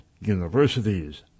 universities